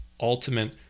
ultimate